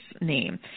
name